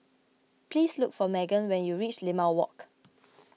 please look for Maegan when you reach Limau Walk